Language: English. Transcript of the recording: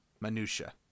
Minutia